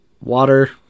Water